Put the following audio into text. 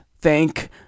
thank